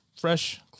Fresh